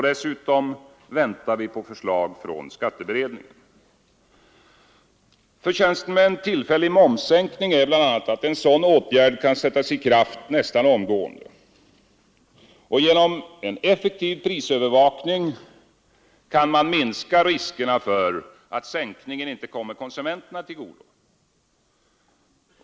Dessutom väntar vi förslag från skatteutredningen. Förtjänsten med en tillfällig momssänkning är bl.a. att en sådan åtgärd kan sättas i kraft nästan omgående. Genom en effektiv prisövervakning kan riskerna minskas för att sänkningen inte kommer konsumenterna till godo.